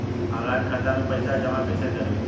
Online खाता मे पईसा जमा कइसे करेम?